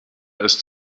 ist